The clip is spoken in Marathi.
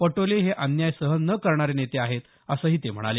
पटोले हे अन्याय सहन न करणारे नेते आहेत असं ते म्हणाले